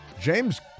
James